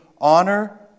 honor